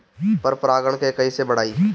पर परा गण के कईसे बढ़ाई?